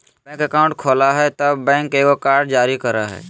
bank account खोलय हइ तब बैंक एगो कार्ड जारी करय हइ